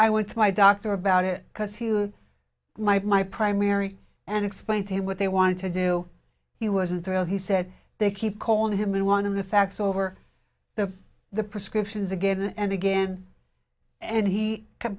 i went to my doctor about it because he might my primary and explain to him what they wanted to do he wasn't thrilled he said they keep calling him in one of the fax over the the prescriptions again and again and he